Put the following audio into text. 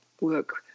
work